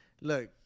Look